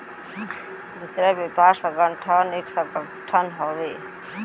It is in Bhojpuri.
विश्व व्यापार संगठन एक संगठन हउवे